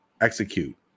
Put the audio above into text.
execute